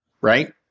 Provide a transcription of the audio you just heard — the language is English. right